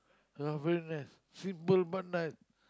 half room life simple but nice